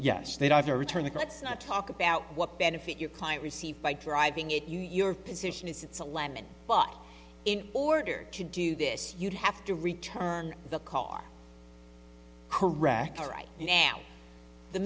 yes they'd either return the cuts not talk about what benefit your client received by driving it your position is it's a lemon but in order to do this you'd have to return the car correct all right now the